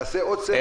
נעשה עוד סבב